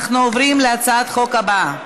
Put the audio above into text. אנחנו עוברים להצעת החוק הבאה: